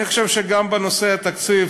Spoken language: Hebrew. אני חושב שגם בנושא התקציב